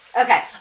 okay